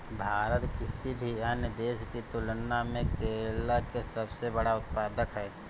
भारत किसी भी अन्य देश की तुलना में केला के सबसे बड़ा उत्पादक ह